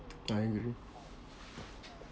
I agree